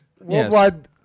worldwide